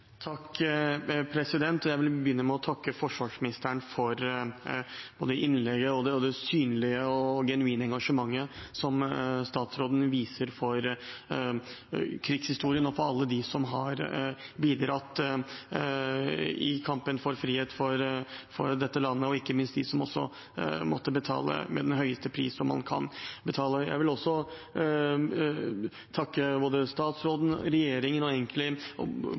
vil begynne med å takke forsvarsministeren både for innlegget og for det synlige og genuine engasjementet som statsråden viser for krigshistorien og for alle dem som har bidratt i kampen for frihet for dette landet, og ikke minst de som måtte betale med den høyeste pris man kan betale. Jeg vil også takke både statsråden, regjeringen og